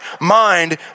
mind